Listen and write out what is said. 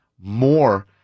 more